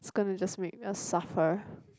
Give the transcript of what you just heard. is gonna just make us suffer